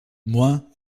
moi